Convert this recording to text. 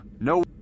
no